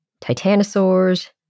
Titanosaurs